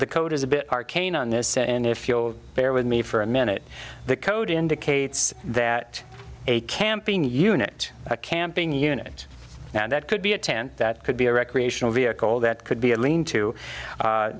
bit arcane on this and if you'll bear with me for a minute the code indicates that a camping unit a camping unit and that could be a tent that could be a recreational vehicle that could be a lean to